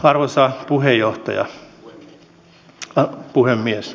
arvoisa puhemies